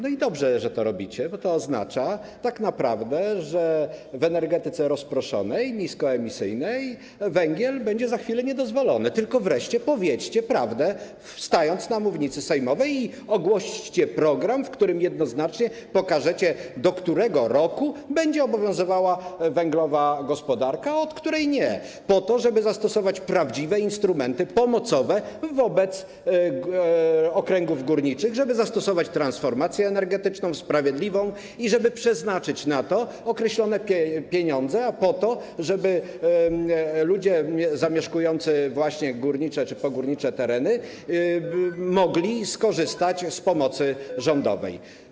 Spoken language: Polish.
Dobrze, że to robicie, bo to oznacza tak naprawdę, że w energetyce rozproszonej, niskoemisyjnej węgiel będzie za chwilę niedozwolony, tylko wreszcie powiedzcie prawdę, stając na mównicy sejmowej, i ogłoście program, w którym jednoznacznie pokażecie, do którego roku będzie obowiązywała gospodarka węglowa, a od którego nie, żeby zastosować prawdziwe instrumenty pomocowe wobec okręgów górniczych, żeby zastosować sprawiedliwą transformację energetyczną i żeby przeznaczyć na to określone pieniądze po to, żeby ludzie zamieszkujący górnicze czy pogórnicze tereny mogli skorzystać z pomocy rządowej.